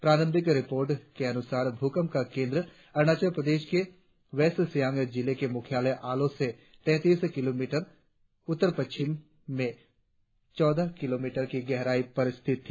प्रारंभिक रिपोर्ट के अनुसार भूकंप का केंद्र अरुणाचल प्रदेश के वेस्ट सियांग जिले के मुख्यालय आलो से तैतीस किलोमीटर उत्तर पश्चिम में चौदह किलोमीटर की गहराई पर स्थित था